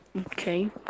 Okay